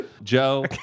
Joe